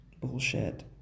bullshit